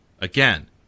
Again